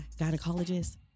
gynecologist